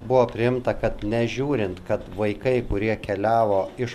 buvo priimta kad nežiūrint kad vaikai kurie keliavo iš